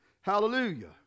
Hallelujah